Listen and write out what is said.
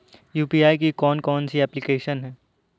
UPI की कौन कौन सी एप्लिकेशन हैं?